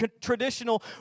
traditional